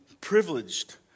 privileged